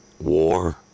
war